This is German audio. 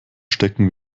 stecken